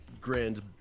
grand